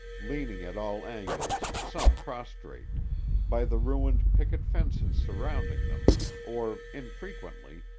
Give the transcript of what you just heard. leaning at all angles, some prostrate by the ruined picket fences surrounding them or, infrequently,